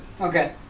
Okay